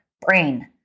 brain